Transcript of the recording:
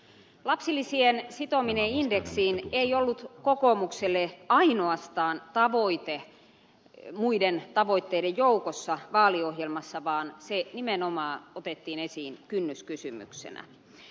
lapsilisien sitominen indeksiin ei ollut kokoomukselle ainoastaan tavoite muiden tavoitteiden joukossa vaaliohjelmassa vaan se nimenomaan otettiin esiin kynnyskysymyksenä